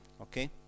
Okay